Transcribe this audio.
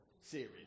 series